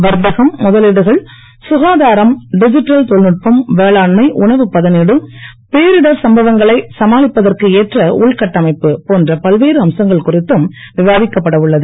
வர்த்தகம் முதலீடுகள் சுகாதாரம் டிஜிட்டல் தொழில்நுட்பம் வேளாண்மை உணவுப் பதவீடு பேரிடர் சம்பவங்களை சமாளிப்பதற்கு ஏற்ற உள்கட்டமைப்பு போன்ற பல்வேறு அம்சங்கள் குறித்தும் விவாதிக்கப்பட உள்ளது